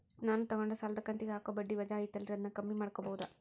ನಾನು ತಗೊಂಡ ಸಾಲದ ಕಂತಿಗೆ ಹಾಕೋ ಬಡ್ಡಿ ವಜಾ ಐತಲ್ರಿ ಅದನ್ನ ಕಮ್ಮಿ ಮಾಡಕೋಬಹುದಾ?